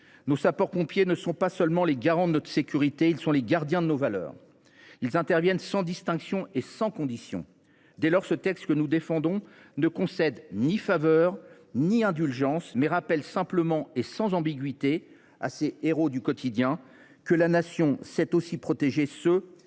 nos sapeurs pompiers ne sont pas seulement les garants de notre sécurité ; ils sont les gardiens de nos valeurs. Ils interviennent sans distinction et sans condition. Ce texte ne concède ni faveur ni indulgence ; il rappelle simplement et sans ambiguïté à ces héros du quotidien que la Nation sait aussi protéger ceux